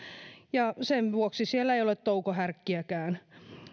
ja sen vuoksi siellä ei ole toukohärkiäkään